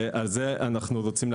על זה אנו מודים.